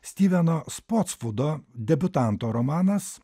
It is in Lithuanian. stiveno spocvudo debiutanto romanas